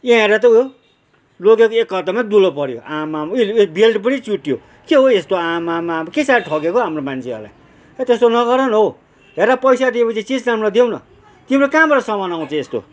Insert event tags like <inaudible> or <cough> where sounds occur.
यहाँ हेर त उ लगेको एक हफ्तामै दुलो पऱ्यो आम्मामा <unintelligible> बेल्ट पनि चुट्टियो के हौ यस्तो आम्मामामा के साह्रो ठगेको हौ हाम्रो मान्छेहरूलाई हैट त्यस्तो नगर न हौ हेर पैसा दिएपछि चिज राम्रो देउ न तिम्रो कहाँबाट सामान आउँछ यस्तो